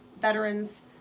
veterans